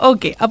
Okay